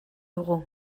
dugu